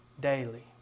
daily